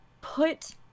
put